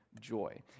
joy